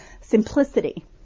Simplicity